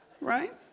Right